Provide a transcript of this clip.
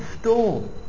storm